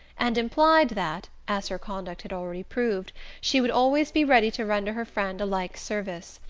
and implied that as her conduct had already proved she would always be ready to render her friend a like service.